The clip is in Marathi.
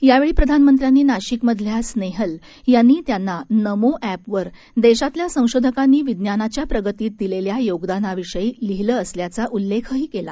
यावेळी प्रधानमंत्र्यांनी नाशिकमधल्या स्नेहल यांनी त्यांना नमो एपवर देशातल्या संशोधकांनी विज्ञानाच्या प्रगतीत दिलेल्या योगदानाविषयी लिहीलं असल्याचा उल्लेखही केला